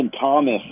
Thomas